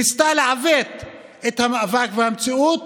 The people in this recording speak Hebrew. הממשלה ניסתה לעוות את המאבק והמציאות